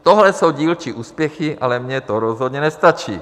Tohle jsou dílčí úspěchy, ale mně to rozhodně nestačí.